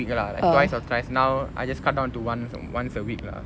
twice or thrice now I just cut down to once once a week lah